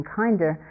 kinder